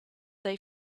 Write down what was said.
they